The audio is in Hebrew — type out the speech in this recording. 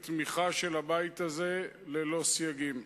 ראויים לתמיכה של הבית הזה ללא סייגים.